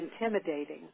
intimidating